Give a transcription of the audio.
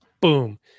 Boom